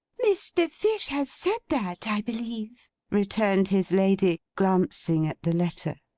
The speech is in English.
mr. fish has said that, i believe returned his lady, glancing at the letter.